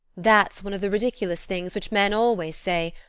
that's one of the ridiculous things which men always say.